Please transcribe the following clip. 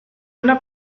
una